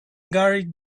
gary